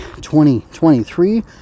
2023